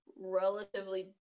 relatively